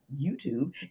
YouTube